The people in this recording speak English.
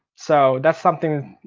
so that's something,